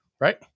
Right